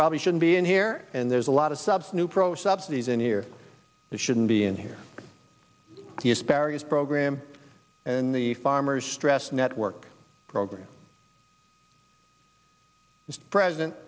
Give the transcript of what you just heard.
probably shouldn't be in here and there's a lot of subs new pro subsidies in here that shouldn't be in here the asparagus program and the farmers stress network program the president